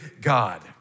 God